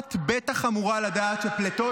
לא האשמתי --- את בטח אמורה לדעת שפליטות